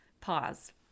pause